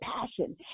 passion